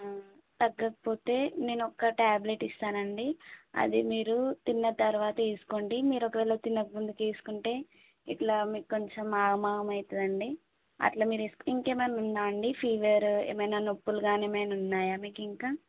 తగ్గకపోతే నేను ఒక టాబ్లెట్ ఇస్తాను అండి అది మీరు తిన్న తర్వాత వేసుకోండి మీరు ఒకవేళ తినకముందు తీసుకుంటే ఇట్లా మీకు కొంచెం ఆగం ఆగం అవుతుంది అండి అట్ల మీరు ఏ ఇంకా ఏమైన ఉందా అండి ఫీవర్ ఏమైన నొప్పులు కానీ ఏమైన ఉన్నాయా మీకు ఇంకా